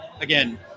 again